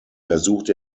versucht